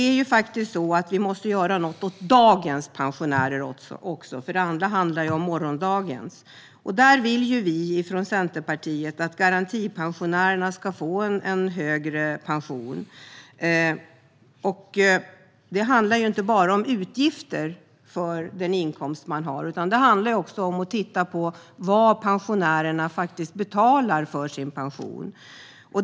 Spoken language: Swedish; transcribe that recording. Vi måste ju dock göra något åt dagens pensionärer också, för det andra handlar ju om morgondagens. Där vill vi från Centerpartiet att garantipensionärerna ska få en högre pension. Det handlar inte bara om utgifter för den inkomst man har, utan det handlar också om att titta på vad pensionärerna betalar för sin pension.